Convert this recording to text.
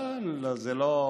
לא, זה לא,